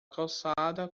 calçada